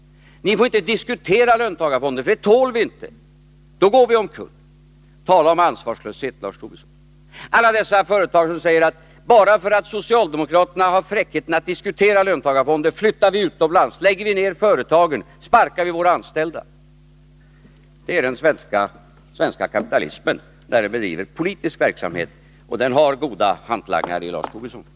Ni får inte diskutera löntagarfonder, för det tål vi inte. Då går vi omkull. — Tala om ansvarslöshet, Lars Tobisson! Och alla dessa företagare som säger: Om socialdemokraterna har fräckheten att ens diskutera löntagarfonder, då flyttar vi utomlands, då lägger vi ner företagen, då sparkar vi våra anställda. Det är den svenska kapitalismen, när den bedriver politisk verksamhet. Och den har goda hantlangare i sådana som Lars Tobisson.